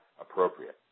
appropriate